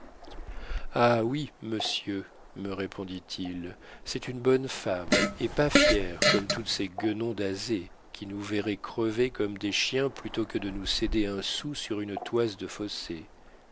ah oui monsieur me répondit-il c'est une bonne femme et pas fière comme toutes ces guenons d'azay qui nous verraient crever comme des chiens plutôt que de nous céder un sou sur une toise de fossé